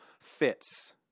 fits